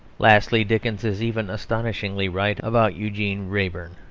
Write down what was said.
lastly, dickens is even astonishingly right about eugene wrayburne.